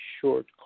short